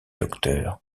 docteur